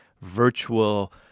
virtual